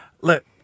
Look